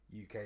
uk